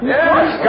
Yes